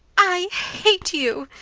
i hate you,